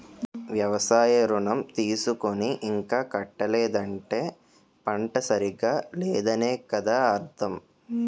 వ్యవసాయ ఋణం తీసుకుని ఇంకా కట్టలేదంటే పంట సరిగా లేదనే కదా అర్థం